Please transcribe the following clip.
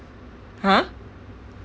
!huh!